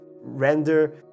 render